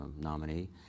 nominee